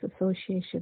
Association